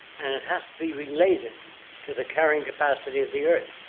and it has to be related to the carrying capacity of the earth,